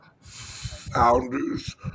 founders